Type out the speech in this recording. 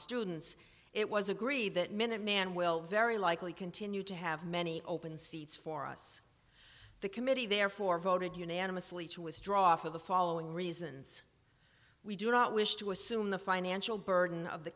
students it was agreed that minuteman will very likely continue to have many open seats for us the committee therefore voted unanimously to withdraw for the following reasons we do not wish to assume the financial burden of the